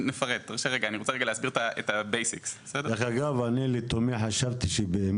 רשות האוכלוסין, אגף המחשוב.